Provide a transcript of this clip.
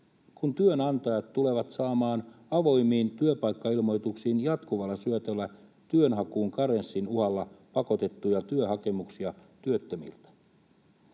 kun työnantajat tulevat saamaan avoimiin työpaikkailmoituksiin jatkuvalla syötöllä työnhakuun karenssin uhalla pakotettujen työttömien